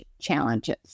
challenges